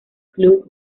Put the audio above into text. club